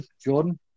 jordan